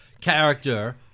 character